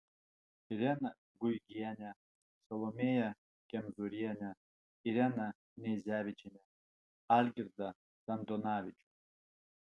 ireną guigienę salomėją kemzūrienę ireną kneizevičienę algirdą sandonavičių